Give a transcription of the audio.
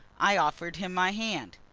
i offered him my hand.